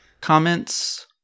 comments